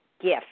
gift